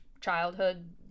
childhood